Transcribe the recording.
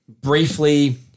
briefly